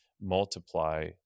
multiply